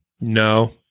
No